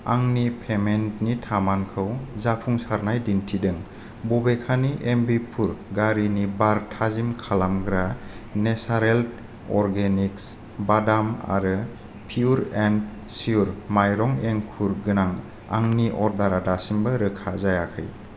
आंनि पेमेन्टनि थामानखौ जाफुंसारनाय दिन्थिदों बबेखानि एम्बिपुर गारिनि बार थाजिम खालामग्रा नेचारलेन्ड अर्गेनिक्स बादाम आरो पियुर एन्ड शियुर माइरं एंखुर गोनां आंनि अर्डारा दासिमबो रोखा जायाखै